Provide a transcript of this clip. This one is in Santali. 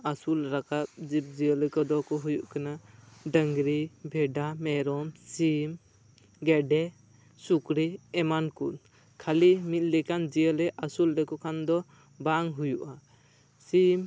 ᱟᱥᱩᱞ ᱨᱟᱠᱟᱵ ᱡᱤᱵᱽ ᱡᱤᱭᱟᱹᱞᱤ ᱠᱚᱫᱚ ᱠᱚ ᱦᱩᱭᱩᱜ ᱠᱟᱱᱟ ᱰᱟᱝᱨᱤ ᱵᱷᱮᱰᱟ ᱢᱮᱨᱚᱢ ᱥᱤᱢ ᱜᱮᱰᱮ ᱥᱩᱠᱨᱤ ᱮᱢᱟᱱ ᱠᱩᱱ ᱠᱷᱟ ᱞᱤ ᱢᱤᱫ ᱞᱮᱠᱟᱱ ᱡᱤᱭᱟᱹᱞᱤ ᱟᱥᱩᱞ ᱞᱮᱠᱚ ᱠᱷᱟᱱ ᱫᱚ ᱵᱟᱝ ᱦᱩᱭᱩᱜᱼᱟ ᱥᱤᱢ